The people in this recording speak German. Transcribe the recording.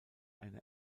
eine